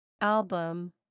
Album